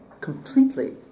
completely